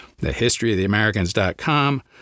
thehistoryoftheamericans.com